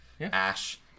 Ash